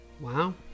Wow